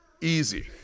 easy